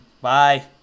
Bye